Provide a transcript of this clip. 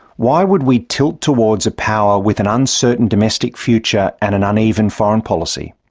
why would we tilt towards a power with an uncertain domestic future and an uneven foreign policy?